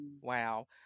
wow